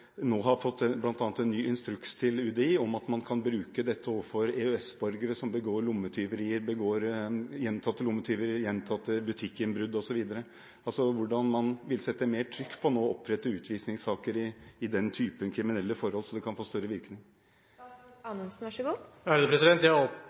kan bruke dette overfor EØS-borgere som begår gjentatte lommetyverier, gjentatte butikkinnbrudd osv. Hvordan vil man sette mer trykk på nå å opprette utvisningssaker av den typen kriminelle forhold så det kan få større virkning?